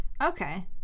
Okay